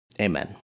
Amen